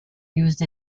used